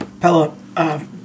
Pella